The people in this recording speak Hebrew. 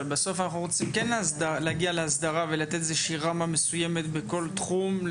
אבל בסוף אנחנו כן רוצים להגיע להסדרה ולתת רמה מסוימת בכל תחום.